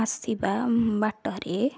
ଆସିବା ବାଟରେ